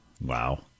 Wow